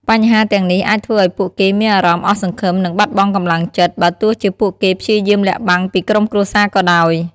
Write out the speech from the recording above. បញ្ហាទាំងនេះអាចធ្វើឲ្យពួកគេមានអារម្មណ៍អស់សង្ឃឹម និងបាត់បង់កម្លាំងចិត្ត បើទោះជាពួកគេព្យាយាមលាក់បាំងពីក្រុមគ្រួសារក៏ដោយ។